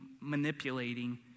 manipulating